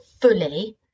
fully